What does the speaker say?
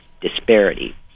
disparity